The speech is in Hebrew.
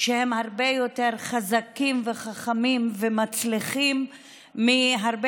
שהם הרבה יותר חזקים וחכמים ומצליחים מהרבה